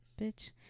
bitch